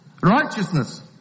righteousness